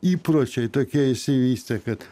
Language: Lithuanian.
įpročiai tokie išsivystė kad